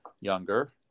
younger